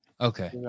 Okay